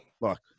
look